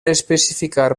especificar